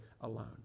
alone